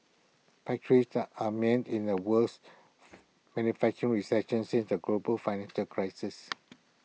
factories are mend in the worst manufacturing recession since the global financial crisis